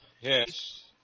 yes